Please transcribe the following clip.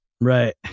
Right